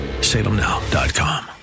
salemnow.com